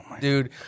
Dude